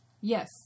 Yes